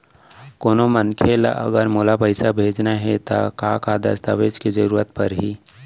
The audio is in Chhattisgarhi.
कोनो मनखे ला अगर मोला पइसा भेजना हे ता का का दस्तावेज के जरूरत परही??